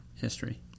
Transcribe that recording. History